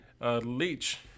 Leech